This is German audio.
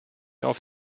auf